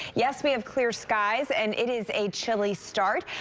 yes, we have clear skies, and it is a chilly start.